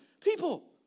People